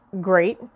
great